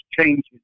changes